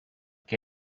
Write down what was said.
que